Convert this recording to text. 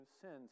sins